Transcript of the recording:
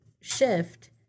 shift